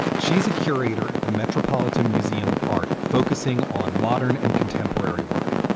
she's a curator at the metropolitan museum of art, focusing on modern and contemporary work.